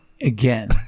again